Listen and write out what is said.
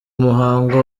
muhango